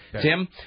Tim